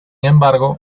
embargo